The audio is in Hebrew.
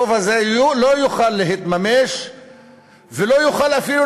הרוב לא יוכל להתממש ולא יוכל אפילו